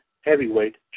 Heavyweight